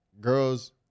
Girls